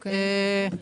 אוקיי.